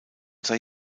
sei